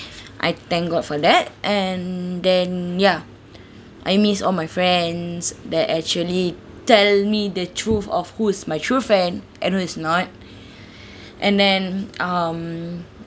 I thank god for that and then ya I miss all my friends that actually tell me the truth of who is my true friend and who is not and then um